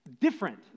different